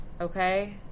okay